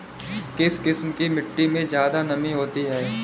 किस किस्म की मिटटी में ज़्यादा नमी होती है?